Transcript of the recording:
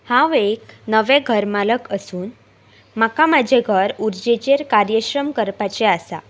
हांव एक नवें घर मालक आसून म्हाका म्हाजें घर उर्जेचेर कार्यश्रम करपाचें आसा